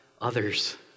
others